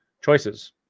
choices